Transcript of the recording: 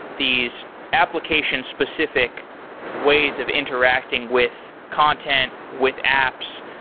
these application-specific ways of interacting with content, with apps,